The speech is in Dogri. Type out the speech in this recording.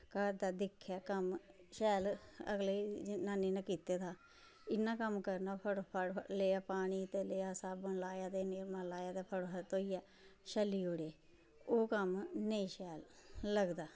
घर दा दिक्खै कम्म शैल अगली जनानी नै कीता दा इयां कम्म करना फटो फट लेआ पानी ते लेआ साबन लाया ते निरमा ते फटो फट धोइयै शैल छल्ली ओड़े ओह् कम्म नेंई शैल लगदा